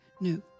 no